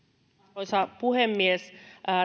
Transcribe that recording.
arvoisa puhemies